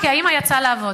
כי האמא יצאה לעבוד.